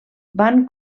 van